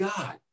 God